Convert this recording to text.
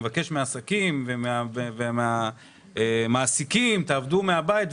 מבקש מהעסקים והמעסיקים לעבוד מהבית,